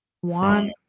One